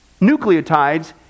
nucleotides